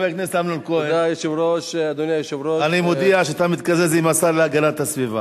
אני מודיע שאתה מתקזז עם השר להגנת הסביבה.